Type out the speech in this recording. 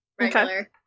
regular